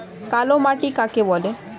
কালো মাটি কাকে বলে?